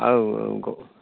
আৰু